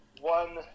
one